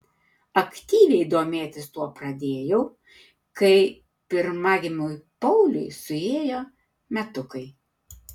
aktyviai domėtis tuo pradėjau kai pirmagimiui pauliui suėjo metukai